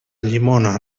llimona